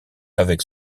avec